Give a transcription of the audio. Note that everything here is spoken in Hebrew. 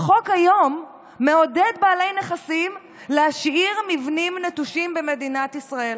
החוק היום מעודד בעלי נכסים להשאיר מבנים נטושים במדינת ישראל,